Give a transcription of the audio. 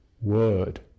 word